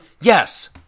yes